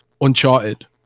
uncharted